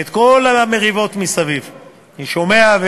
ואת כל המריבות מסביב אני שומע,